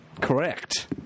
Correct